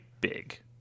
big